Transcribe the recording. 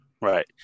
right